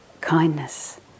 kindness